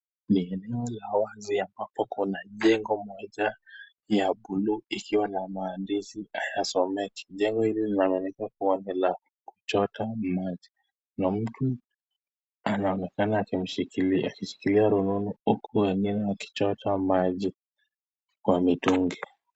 Ni eneo la wazi ambapo kunajengo moja ya buluu ikiwa na maandishi hayasomeki. Jengo hili linaweza kua ni la kuchota maji. Mtu anaonekana akishikilia rununu huku mwengine akichota maji kwa mitungi.